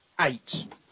eight